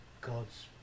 God's